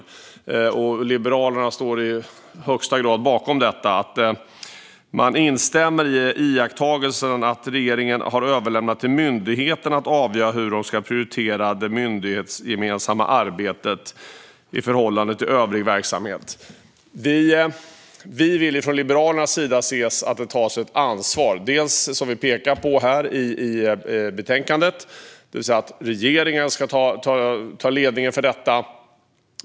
Detta står Liberalerna i högsta grad bakom. Man instämmer i iakttagelsen att regeringen har lämnat till myndigheterna att avgöra hur de ska prioritera det myndighetsgemensamma arbetet i förhållande till övrig verksamhet. Vi vill från Liberalernas sida se att det tas ett ansvar. Regeringen ska ta ledningen i detta, vilket vi pekar på i betänkandet.